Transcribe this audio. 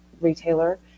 retailer